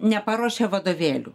neparuošė vadovėlių